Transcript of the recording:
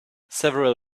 several